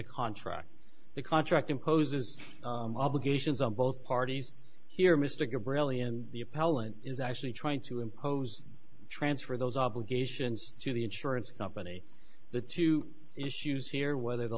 a contract the contract imposes obligations on both parties here mr brayley and the appellant is actually trying to impose a transfer those obligations to the insurance company the two issues here whether the